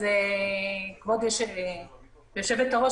כבוד היושבת-ראש,